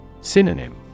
Synonym